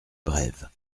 brève